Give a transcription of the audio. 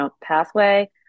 pathway